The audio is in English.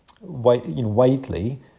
widely